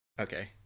Okay